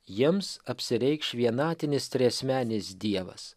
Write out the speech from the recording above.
jiems apsireikš vienatinis triasmenis dievas